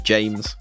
James